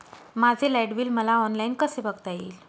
माझे light bill मला online कसे बघता येईल?